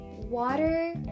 water